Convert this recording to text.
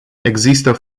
există